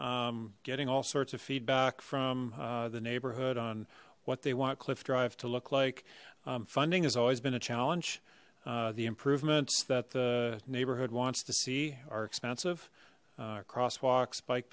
um getting all sorts of feedback from the neighborhood on what they want cliff drive to look like funding has always been a challenge the improvements that the neighborhood wants to see are expensive uh cross